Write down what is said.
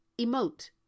emote